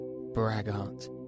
braggart